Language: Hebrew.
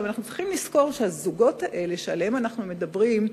אנחנו צריכים לזכור שהזוגות האלה שעליהם אנחנו מדברים,